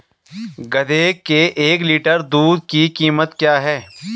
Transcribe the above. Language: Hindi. गधे के एक लीटर दूध की कीमत क्या है?